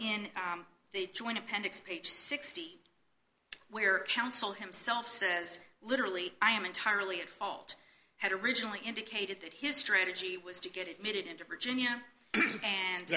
in the joint appendix page sixty where counsel himself says literally i am entirely at fault had originally indicated that his strategy was to get admitted into virginia and